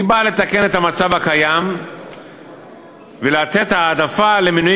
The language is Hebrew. היא באה לתקן את המצב הקיים ולתת העדפה למינויים